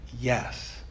yes